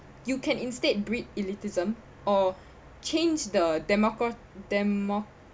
you can instead breed elitism or change the